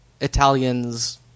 Italians